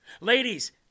Ladies